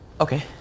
Okay